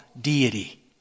deity